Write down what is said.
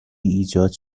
ایجاد